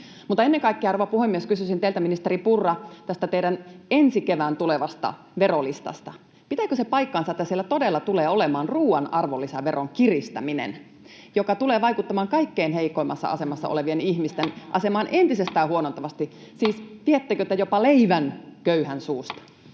Mutta ennen kaikkea, arvon puhemies, kysyisin teiltä, ministeri Purra, tästä teidän ensi kevään tulevasta verolistasta. Pitääkö se paikkansa, että siellä todella tulee olemaan ruuan arvonlisäveron kiristäminen, joka tulee vaikuttamaan kaikkein heikoimmassa asemassa olevien ihmisten asemaan entisestään huonontavasti? Siis viettekö te jopa leivän köyhän suusta?